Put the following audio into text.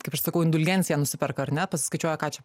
kaip aš sakau indulgenciją nusiperka ar ne paskaičiuoja ką čia